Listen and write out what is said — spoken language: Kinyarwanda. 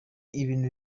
ibintu